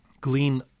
glean